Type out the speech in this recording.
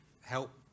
help